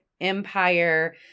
empire